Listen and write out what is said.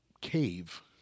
cave